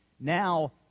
Now